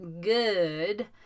good